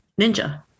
ninja